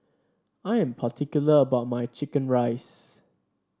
I am particular about my chicken rice